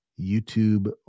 YouTube